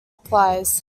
applies